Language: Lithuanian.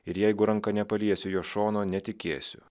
ir jeigu ranka nepaliesiu jo šono netikėsiu